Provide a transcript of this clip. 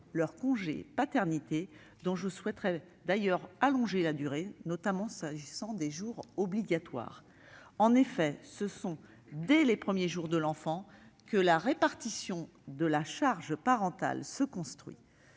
leur congé paternité, dont je souhaiterais d'ailleurs allonger la durée, notamment pour ce qui est des jours obligatoires. En effet, c'est dès les premiers jours de l'enfant que se répartit la charge parentale. En